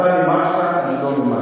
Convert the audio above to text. אתה מימשת, אני לא מימשתי.